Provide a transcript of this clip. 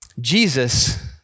Jesus